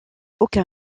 aucun